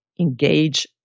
engage